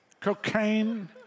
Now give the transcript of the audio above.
cocaine